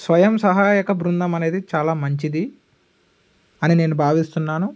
స్వయం సహాయక బృందం అనేది చాలా మంచిది అని నేను భావిస్తున్నాను